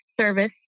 service